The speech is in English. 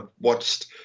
watched